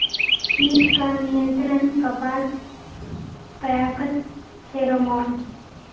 कीट का नियंत्रण कपास पयाकत फेरोमोन?